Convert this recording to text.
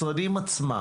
ודוח.